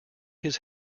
his